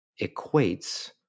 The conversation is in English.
equates